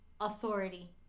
authority